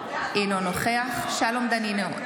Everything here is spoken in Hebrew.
אינו נוכח שלום דנינו,